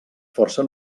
força